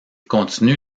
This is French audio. continue